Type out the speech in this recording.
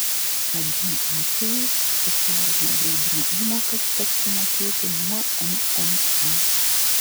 abiem atvejais socialinio draudimo įmokas tektų mokėti nuo mma